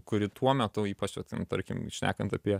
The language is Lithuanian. kuri tuo metu ypač va ten tarkim šnekant apie